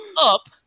up